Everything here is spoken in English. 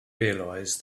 realized